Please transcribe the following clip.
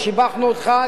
ושיבחנו אותך,